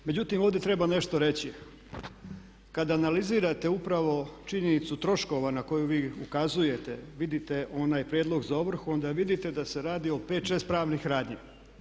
Međutim, ovdje treba nešto reći, kad analizirate upravo činjenicu troškova na koju vi ukazujete, vidite onaj prijedlog za ovrhu onda vidite da se radi o 5, 6 pravnih radnji.